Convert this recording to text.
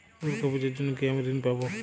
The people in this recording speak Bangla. দুর্গা পুজোর জন্য কি আমি ঋণ পাবো?